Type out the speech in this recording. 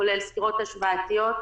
כולל סקירות השוואתיות,